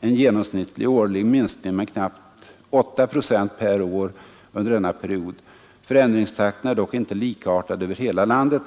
en genomsnittlig årlig minskning med knappt 8 26 per år under denna period. Förändringstakten är dock inte likartad över hela landet.